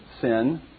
sin